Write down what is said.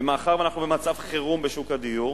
ומאחר שאנחנו במצב חירום בשוק הדיור,